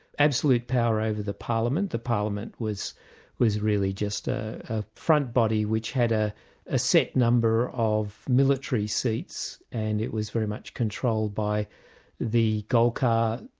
absolute power over the parliament the parliament was was really just ah a front body which had ah a set number of military seats, and it was very much controlled by golkar,